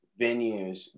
venues